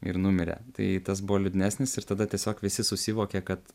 ir numirė tai tas buvo liūdnesnis ir tada tiesiog visi susivokė kad